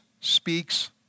speaks